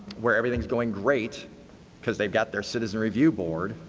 where everything is going great because they've got their citizen review board.